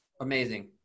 Amazing